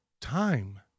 time